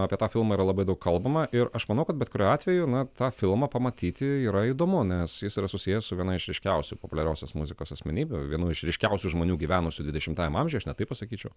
apie tą filmą yra labai daug kalbama ir aš manau kad bet kuriuo atveju na tą filmą pamatyti yra įdomu nes jis yra susijęs su viena iš ryškiausių populiariosios muzikos asmenybių vienu iš ryškiausių žmonių gyvenusių dvidešimtajam amžiui aš net taip pasakyčiau